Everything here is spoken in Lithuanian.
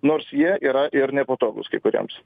nors jie yra ir nepatogūs kai kurioms